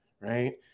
right